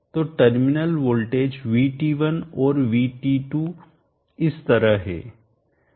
तो terminal voltage VT1 और VT2 इस तरह हैं